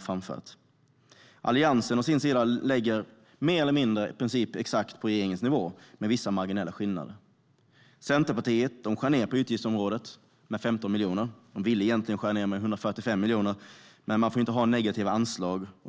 framfört. Alliansen å sin sida lägger sig mer eller mindre exakt på regeringens nivå med vissa marginella skillnader. Centerpartiet skär ned med 15 miljoner på utgiftsområdet. De ville egentligen skära ned med 145 miljoner. Men man får inte ha negativa anslag.